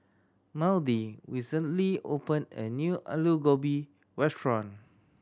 Maudie recently opened a new Alu Gobi Restaurant